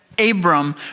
Abram